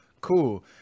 cool